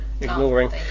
ignoring